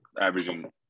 averaging